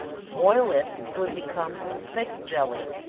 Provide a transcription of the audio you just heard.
boil it till it becomes a thick jelly,